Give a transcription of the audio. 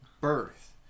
birth